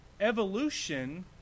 evolution